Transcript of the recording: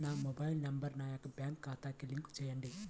నా mobile number నా యొక్క బ్యాంక్ ఖాతాకి లింక్ చేయండీ?